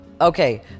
Okay